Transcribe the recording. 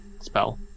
spell